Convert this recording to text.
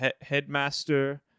Headmaster